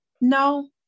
no